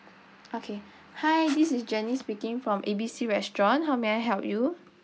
okay hi this is speaking from A B C restaurant how may I help you